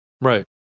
Right